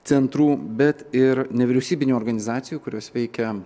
centrų bet ir nevyriausybinių organizacijų kurios veikia